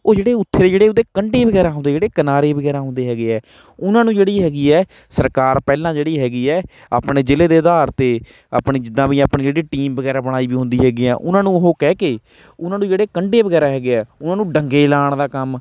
ਉਹ ਜਿਹੜੇ ਉੱਥੇ ਜਿਹੜੇ ਉਹਦੇ ਕੰਢੇ ਵਗੈਰਾ ਹੁੰਦੇ ਜਿਹੜੇ ਕਿਨਾਰੇ ਵਗੈਰਾ ਹੁੰਦੇ ਹੈਗੇ ਹੈ ਉਨ੍ਹਾਂ ਨੂੰ ਜਿਹੜੀ ਹੈਗੀ ਹੈ ਸਰਕਾਰ ਪਹਿਲਾਂ ਜਿਹੜੀ ਹੈਗੀ ਹੈ ਆਪਣੇ ਜ਼ਿਲ੍ਹੇ ਦੇ ਅਧਾਰ 'ਤੇ ਆਪਣੀ ਜਿੱਦਾਂ ਵੀ ਆਪਣੀ ਜਿਹੜੀ ਟੀਮ ਵਗੈਰਾ ਬਣਾਈ ਵੀ ਹੁੰਦੀ ਹੈਗੀ ਹੈ ਉਨ੍ਹਾਂ ਨੂੰ ਉਹ ਕਹਿ ਕੇ ਉਨ੍ਹਾਂ ਨੂੰ ਜਿਹੜੇ ਕੰਢੇ ਵਗੈਰਾ ਹੈਗੇ ਹੈ ਉਨ੍ਹਾਂ ਨੂੰ ਡੰਗੇ ਲਾਉਣ ਦਾ ਕੰਮ